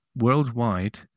worldwide